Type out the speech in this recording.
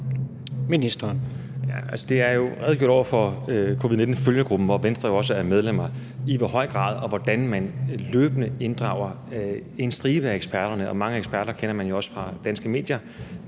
Heunicke): Der er jo over for covid-19-følgegruppen, hvor Venstre også er medlemmer, redegjort for, i hvor høj grad og hvordan man løbende inddrager en stribe af eksperterne. Og mange af eksperterne kender man jo også fra danske medier.